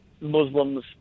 Muslims